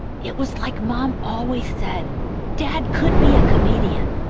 it was like mom always said dad could be a comedian.